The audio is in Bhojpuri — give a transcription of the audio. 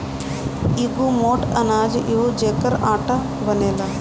इ एगो मोट अनाज हअ जेकर आटा बनेला